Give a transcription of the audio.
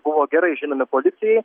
buvo gerai žinomi policijai